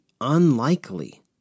unlikely